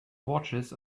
watches